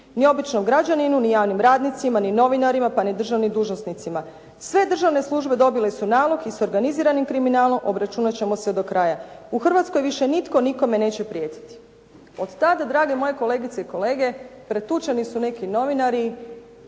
Ni običnom građaninu, ni javnim radnicima ni novinarima, pa ni državnim dužnosnicima. Sve državne službe dobile su nalog i s organiziranim kriminalom obračunati ćemo se do kraja. U Hrvatskoj više nitko nikome neće prijetiti." Od tada, drage moje kolegice i kolege, pretučeni su neki novinari,